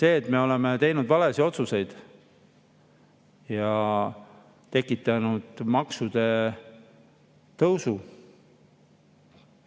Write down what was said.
peale. Me oleme teinud valesid otsuseid ja tekitanud maksude tõusu